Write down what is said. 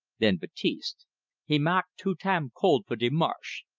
then baptiste he mak' too tam cole for de marsh.